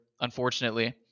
unfortunately